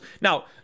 now